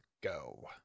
go